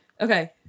Okay